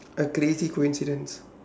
a crazy coincidence